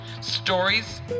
stories